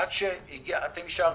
עד שאתם אישרתם,